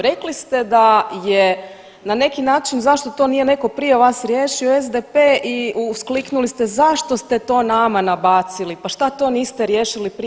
Rekli ste da je neki način zašto to nije neko prije vas riješio SDP i uskliknuli ste zašto ste to nama nabacili, pa šta to niste riješili prije.